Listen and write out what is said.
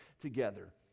together